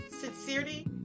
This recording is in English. sincerity